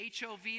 HOV